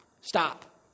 stop